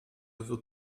wird